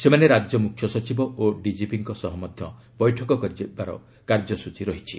ସେମାନେ ରାଜ୍ୟ ମୁଖ୍ୟ ସଚିବ ଓ ଡିକିପିଙ୍କ ସହ ମଧ୍ୟ ବୈଠକ କରିବାର କାର୍ଯ୍ୟସ୍ଚୀ ରହିଛି